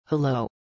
Hello